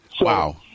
Wow